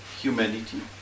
humanity